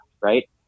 right